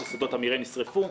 כי שדות המרעה נשרפו,